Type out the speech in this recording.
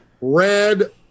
red